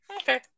Okay